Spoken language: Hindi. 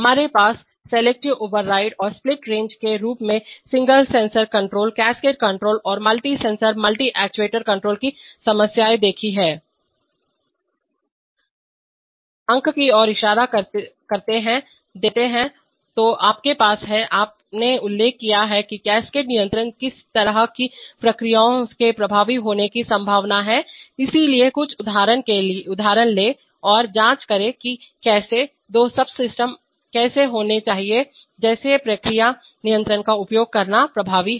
हमारे पास हमने सिलेक्टिव ओवरराइड और स्प्लिट रेंज के रूप में single sensor control cascade control और multi sensor multi actuator control की समस्याएं देखी है अंक की ओर इशारा करते हैं देते हैं तो आपके पास है आपने उल्लेख किया है कि कैस्केड नियंत्रण किस तरह की प्रक्रियाओं के प्रभावी होने की संभावना है इसलिए कुछ उदाहरण लें और जांच करें कि कैसे दो सबसिस्टम कैसे होने चाहिए जैसे प्रक्रिया नियंत्रण का उपयोग करना प्रभावी है